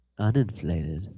uninflated